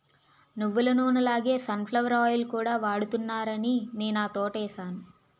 నువ్వులనూనె లాగే sunflower oil కూడా వాడుతున్నారాని నేనా తోటేసాను